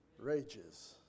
rages